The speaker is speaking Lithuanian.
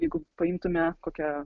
jeigu paimtume kokią